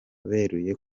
beruye